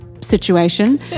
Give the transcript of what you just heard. situation